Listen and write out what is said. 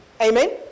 Amen